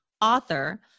author